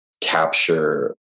capture